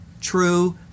true